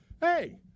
hey